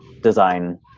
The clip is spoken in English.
design